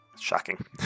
Shocking